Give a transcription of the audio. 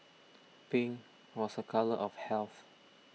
pink was a colour of health